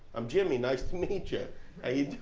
i'm jimmy, nice to meet yeah